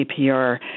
APR